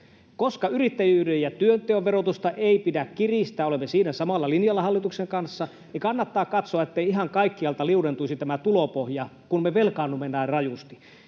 Koska yrittäjyyden ja työnteon verotusta ei pidä kiristää — olemme siinä samalla linjalla hallituksen kanssa — niin kannattaa katsoa, ettei ihan kaikkialta liudentuisi tämä tulopohja, kun me velkaannumme näin rajusti.